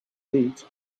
heat